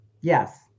Yes